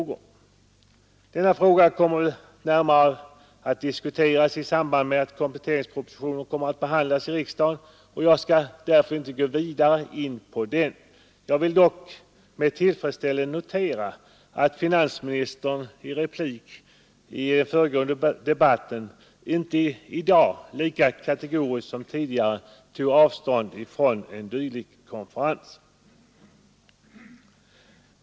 Denna fråga kommer att diskuteras närmare i samband med att kompletteringspropositionen behandlas i riksdagen. Jag skall därför inte gå mer in på den. Jag vill dock med tillfredsställelse notera att finansministern i dag, i en replik i den föregående debatten, inte lika kategoriskt som tidigare tog avstånd från en dylik.